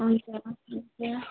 हुन्छ हुन्छ